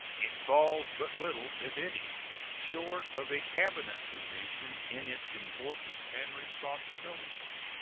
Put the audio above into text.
it falls but little, if any short of a cabinet position in its importance and responsibilities.